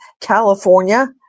california